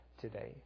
today